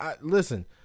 listen